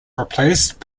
replaced